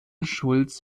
schultz